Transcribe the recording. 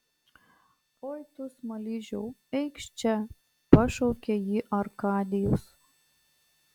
oi tu smaližiau eikš čia pašaukė jį arkadijus